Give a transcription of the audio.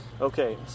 Okay